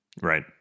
Right